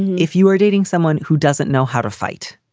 if you were dating someone who doesn't know how to fight.